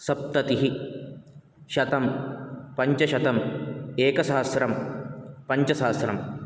सप्ततिः शतं पञ्चशतं एकसहस्रं पञ्चसहस्रं